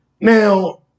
Now